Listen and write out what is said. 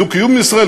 בדו-קיום עם ישראל?